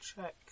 check